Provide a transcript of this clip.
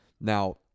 Now